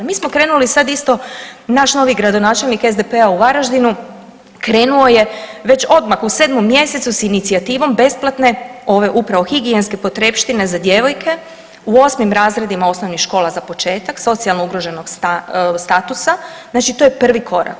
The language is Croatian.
Mi smo krenuli sad isto, naš novi gradonačelnik SDP-a u Varaždinu krenuo je već odmah u 7. mj. s inicijativom besplatne, ove upravo higijenske potrepštine za djevojke, u 8. razredima osnovnih škola, za početak socijalno ugroženog statusa, znači to je prvi korak.